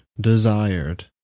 desired